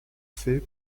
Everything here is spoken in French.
fait